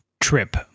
trip